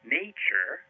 nature